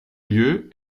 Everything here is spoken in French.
lieu